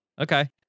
Okay